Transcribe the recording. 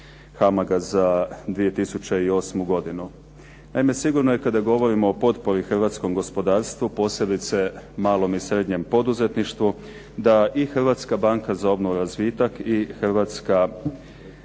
HAMAG-a za 2008. godinu. Naime, sigurno je kada govorimo o potpori hrvatskom gospodarstvu, posebice malom i srednjem poduzetništvu, da i Hrvatska banka za obnovu i razvitak i Hrvatska